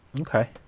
Okay